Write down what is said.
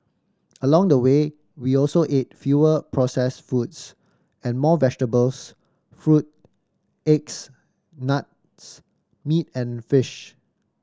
along the way we also ate fewer processed foods and more vegetables fruit eggs nuts meat and fish